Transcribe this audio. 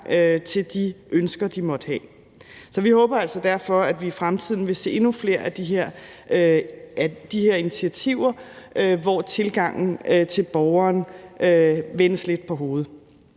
til de ønsker, de måtte have. Så vi håber altså derfor, at vi i fremtiden vil se endnu flere af de her initiativer, hvor tilgangen til borgeren vendes lidt på hovedet.